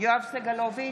יואב סגלוביץ'